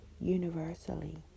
universally